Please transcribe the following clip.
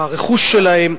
הרכוש שלהם,